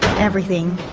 everything.